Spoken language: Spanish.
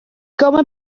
come